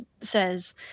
says